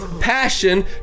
passion